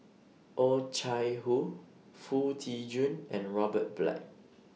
Oh Chai Hoo Foo Tee Jun and Robert Black